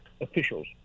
officials